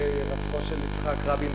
הירצחו של יצחק רבין.